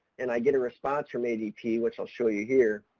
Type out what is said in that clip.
and i get a response from adp which i'll show you here.